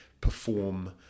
perform